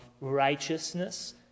righteousness